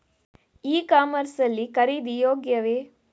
E commerce ಲ್ಲಿ ಖರೀದಿ ಯೋಗ್ಯವೇ?